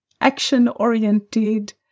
action-oriented